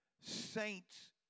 saint's